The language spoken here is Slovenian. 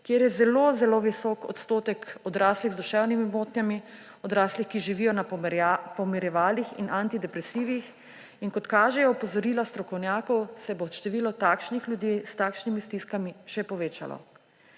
kjer je zelo zelo visok odstotek odraslih z duševnimi motnjami, odraslih, ki živijo na pomirjevalih in antidepresivih in kot kažejo opozorila strokovnjakov, se bo število takšnih ljudi s takšnimi stiskami še povečalo.